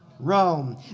Rome